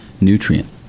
nutrient